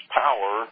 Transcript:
power